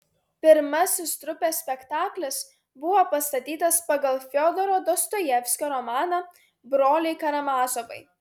pirmasis trupės spektaklis buvo pastatytas pagal fiodoro dostojevskio romaną broliai karamazovai